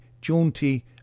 jaunty